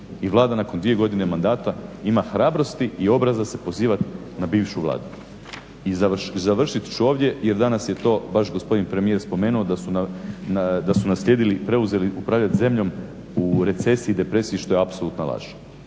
i Vlada nakon dvije godine mandata ima hrabrosti i obraza se pozivati na bivšu Vladu. I završiti ću ovdje jer danas je to baš gospodin premijer spomenuo da su naslijedili, preuzeli upravljati zemljom u recesiji, depresiji što je apsolutna laž.